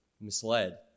misled